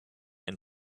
and